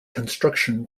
construction